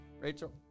Rachel